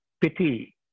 pity